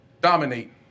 dominate